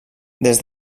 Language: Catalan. des